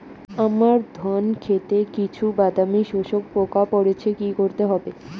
আমার ধন খেতে কিছু বাদামী শোষক পোকা পড়েছে কি করতে হবে?